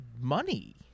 money